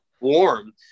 warm